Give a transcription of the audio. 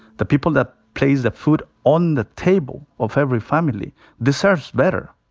the people that place the food on the table of every family deserves better.